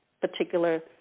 particular